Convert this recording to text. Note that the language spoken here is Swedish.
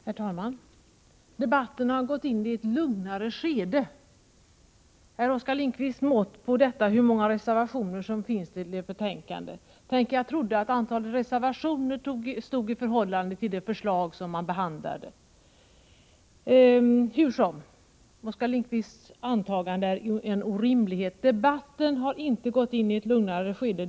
Herr talman! Debatten har gått in i ett lugnare skede, sade Oskar Lindkvist. Hans mått på detta var hur många reservationer som finns i betänkandet. Tänk, jag trodde att antalet reservationer stod i förhållande till omfattningen av de förslag som man behandlar. Hur som helst — Oskar Lindkvists antagande är en orimlighet. Debatten har inte gått in i ett lugnare skede.